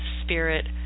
spirit